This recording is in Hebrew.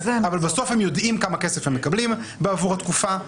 אבל בסוף הם יודעים כמה כסף הם מקבלים בעבור התקופה.